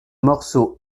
morceau